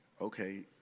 okay